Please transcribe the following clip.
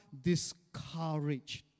discouraged